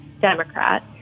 Democrat